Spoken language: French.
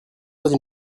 heure